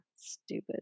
Stupid